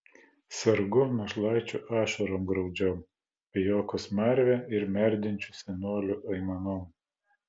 sergu našlaičių ašarom graudžiom pijokų smarve ir merdinčių senolių aimanom